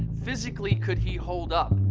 physically could he hold up